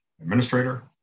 administrator